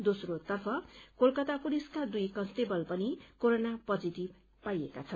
दोम्रोतर्फ कलकता पुलिसका दुइ कन्स्टेबल पनि कोरोना पोजीटिभ पाइएका छन्